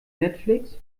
netflix